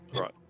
Right